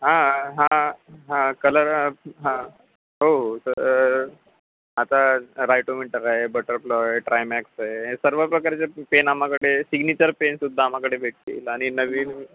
हां हां हां कलर हां हो हो तर आता रायटोमिंटर आहे बटरफ्लॉय आहे ट्रायमॅक्स हे सर्व प्रकारचे पेन आम्हाकडे सिग्नेचर पेन सुद्धा आम्हाकडे भेटतील आणि नवीन